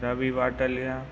Ravi Vataliya